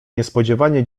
niespodzianie